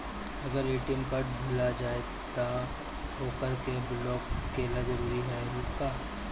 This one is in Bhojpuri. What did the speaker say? अगर ए.टी.एम कार्ड भूला जाए त का ओकरा के बलौक कैल जरूरी है का?